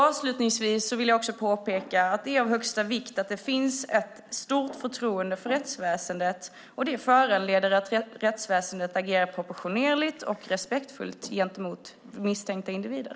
Avslutningsvis vill jag påpeka att det är av största vikt att det finns ett stort förtroende för rättsväsendet. Det förutsätter att rättsväsendet agerar proportionerligt och respektfullt gentemot misstänkta individer.